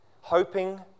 Hoping